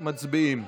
מצביעים.